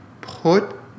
put